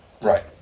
Right